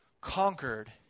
conquered